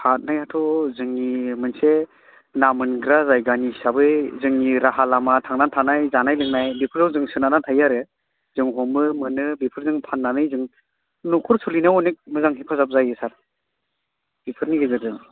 हाबनायाथ' जोंनि मोनसे ना मोनग्रा जायगानि हिसाबै जोंनि राहा लामा थांनानै थानाय जानाय लोंनाय बेफोराव जों सोनारनानै थायो आरो जों हमो मोनो बेफोरजों फान्नानै जों न'खर सोलिनायाव अनेक मोजां हेफाजाब जायो सार बेफोरनि गेजेरजों